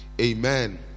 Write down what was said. Amen